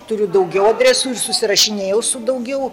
turiu daugiau adresų ir susirašinėjau su daugiau